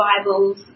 Bibles